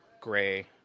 gray